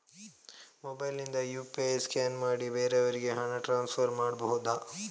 Mobile ನಿಂದ UPI scan ಮಾಡಿ ಬೇರೆಯವರಿಗೆ ಹಣ ಟ್ರಾನ್ಸ್ಫರ್ ಮಾಡಬಹುದ?